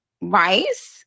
rice